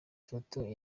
foto